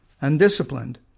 undisciplined